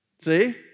See